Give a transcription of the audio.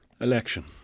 election